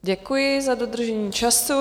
Děkuji za dodržení času.